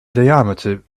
diameter